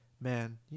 Man